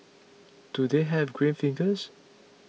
do they have green fingers